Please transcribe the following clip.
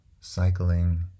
cycling